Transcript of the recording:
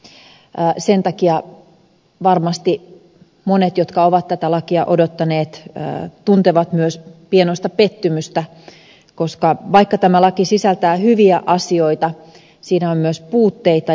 sen takia varmasti monet jotka ovat tätä lakia odottaneet tuntevat myös pienoista pettymystä koska vaikka tämä laki sisältää hyviä asioita siinä on myös puutteita